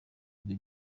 ijwi